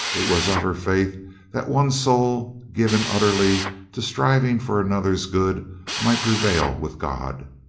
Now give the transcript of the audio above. it was of her faith that one soul given utterly to striv ing for another's good might prevail with god.